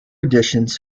editions